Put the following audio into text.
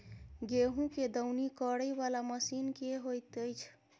गेंहूँ केँ दौनी करै वला मशीन केँ होइत अछि?